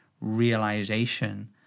realization